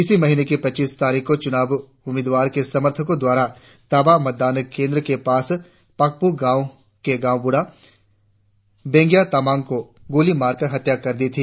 इसी महीने की पच्चीस तारीख को चुनाव उम्मीदवार के समर्थकों द्वारा ताबा मतदान केंद्र के पास पाकपू गांव के गांव बुढ़ा बेंगिया तामांग की गोली मारकर हत्या कर दी थी